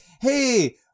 hey